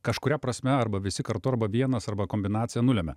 kažkuria prasme arba visi kartu arba vienas arba kombinacija nulemia